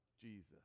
Jesus